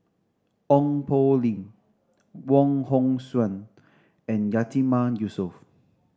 Ong Poh Lim Wong Hong Suen and Yatiman Yusof